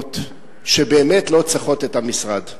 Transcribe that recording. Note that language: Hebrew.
מקומיות שבאמת לא צריכות את המשרד,